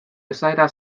esaera